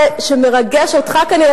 שמרגש אותך כנראה,